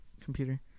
computer